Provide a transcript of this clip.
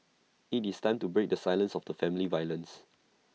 IT is time to break the silence of the family violence